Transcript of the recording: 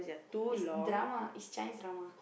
it's drama it's Chinese drama